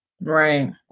Right